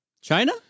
China